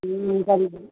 ம் சரிங்க